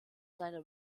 seiner